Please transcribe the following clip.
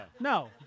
No